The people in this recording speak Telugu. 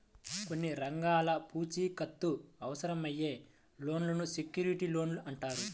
కొన్ని రకాల పూచీకత్తు అవసరమయ్యే లోన్లను సెక్యూర్డ్ లోన్లు అంటారు